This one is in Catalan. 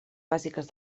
bàsiques